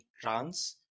Trans